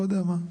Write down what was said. לא יודע מה.